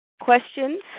questions